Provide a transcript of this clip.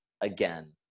again